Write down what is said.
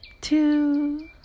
two